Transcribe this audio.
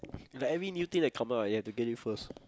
like everything new thing that come out right you have to get it first